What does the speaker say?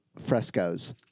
frescoes